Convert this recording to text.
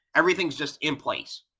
everything is just in place.